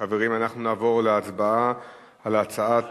חברים, אנחנו נעבור להצבעה על הצעת